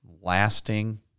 lasting